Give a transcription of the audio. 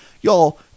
Y'all